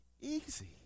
easy